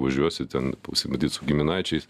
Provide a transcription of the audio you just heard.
važiuosit ten pasimatyt su giminaičiais